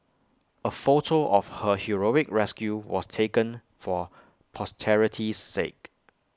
A photo of her heroic rescue was taken for posterity's sake